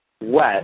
wet